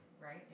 Right